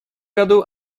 году